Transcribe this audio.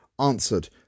answered